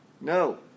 No